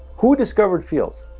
who discovered fields?